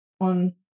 on